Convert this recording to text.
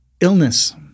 illness